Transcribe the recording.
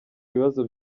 ibibazo